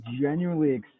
genuinely